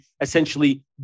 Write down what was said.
essentially